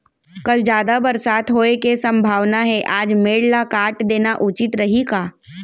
कल जादा बरसात होये के सम्भावना हे, आज मेड़ ल काट देना उचित रही का?